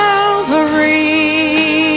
Calvary